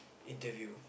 interview